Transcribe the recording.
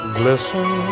glisten